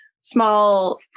small